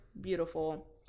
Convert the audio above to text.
beautiful